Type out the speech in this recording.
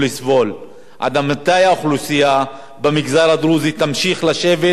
עד מתי האוכלוסייה במגזר הדרוזי תמשיך לשבת ולהגיד,